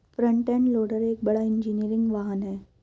front end loader एक बड़ा engineering वाहन है